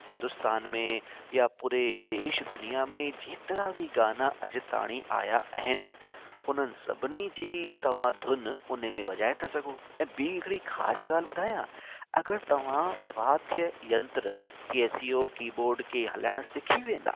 हिन्दुस्तान में या पूरे देश दुनिया में जेतिरा बि गाना अॼु ताईं आया आहिनि उन सभिनी जी तव्हां धुन उनमें वॼाए था सघो ऐं ॿी हिकिड़ी ख़ासि गाल्हि ॿुधायां अगरि तव्हां वाद्ययंत्र केसिओ कीबोर्ड खे हलाइणु सिखी वेंदा